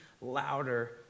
louder